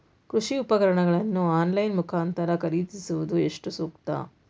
ಕೃಷಿ ಉಪಕರಣಗಳನ್ನು ಆನ್ಲೈನ್ ಮುಖಾಂತರ ಖರೀದಿಸುವುದು ಎಷ್ಟು ಸೂಕ್ತ?